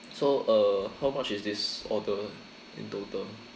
so uh how much is this order in total